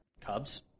Cubs